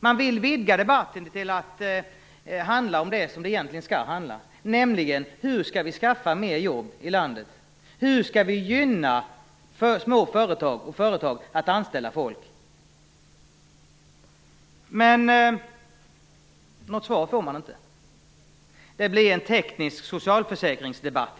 Jag ville vidga debatten till att handla om det som den egentligen skall handla om, nämligen hur vi skall skaffa mer jobb i landet. Hur skall vi gynna för små företag så att de anställer folk? Men något svar fick jag inte. Det blev i stället en teknisk socialförsäkringsdebatt.